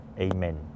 Amen